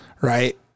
right